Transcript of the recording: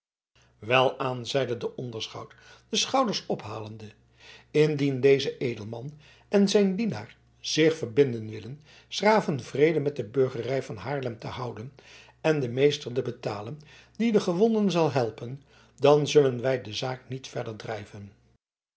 welaan zeide de onderschout de schouders ophalende indien deze edelman en zijn dienaar zich verbinden willen s graven vrede met de burgerij van haarlem te houden en den meester te betalen die de gewonden zal helpen dan zullen wij de zaak niet verder drijven